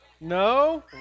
No